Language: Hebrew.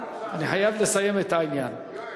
אני חייב לסיים את העניין,